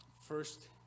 first